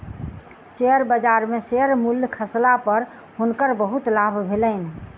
share बजार में share मूल्य खसला पर हुनकर बहुत लाभ भेलैन